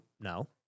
no